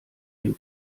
dem